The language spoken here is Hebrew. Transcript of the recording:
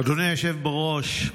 אדוני היושב בראש,